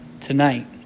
tonight